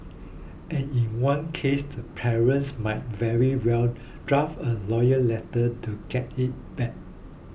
and in one case the parents might very well draft a lawyers letter to get it back